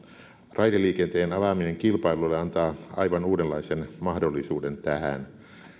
raideliikenteen avaaminen kilpailulle antaa aivan uudenlaisen mahdollisuuden tähän